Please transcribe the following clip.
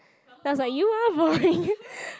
then I was like you are boring